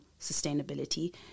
sustainability